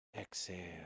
Exhale